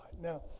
Now